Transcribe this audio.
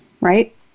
right